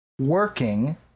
Working